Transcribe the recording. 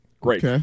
Great